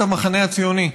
הציוני,